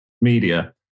media